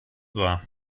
war